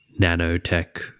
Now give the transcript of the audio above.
nanotech